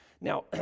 Now